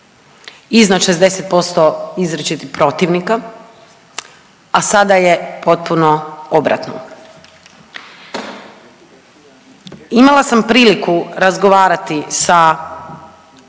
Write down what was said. iznad 60% izričitih protivnika, a sada je potpuno obratno. Imala sam priliku razgovarati sa